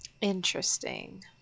Interesting